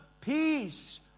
peace